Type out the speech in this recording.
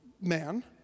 man